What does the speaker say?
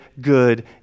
good